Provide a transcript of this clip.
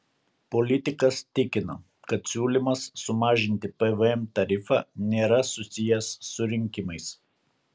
politikas tikino kad siūlymas sumažinti pvm tarifą nėra susijęs su rinkimais